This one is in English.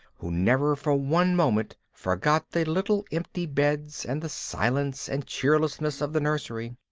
who never for one moment forgot the little empty beds and the silence and cheerlessness of the nursery.